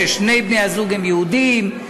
ששני בני-הזוג הם יהודים,